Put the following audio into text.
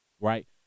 right